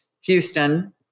Houston